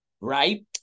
right